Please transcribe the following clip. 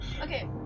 Okay